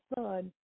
son